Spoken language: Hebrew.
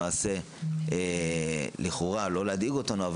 לא להדאיג אותנו,